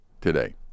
today